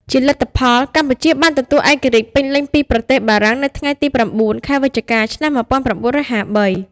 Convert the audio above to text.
ជាលទ្ធផល កម្ពុជាបានទទួលឯករាជ្យពេញលេញពីប្រទេសបារាំងនៅថ្ងៃទី៩ ខែវិច្ឆិកា ឆ្នាំ១៩៥៣។